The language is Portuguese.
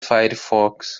firefox